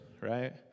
right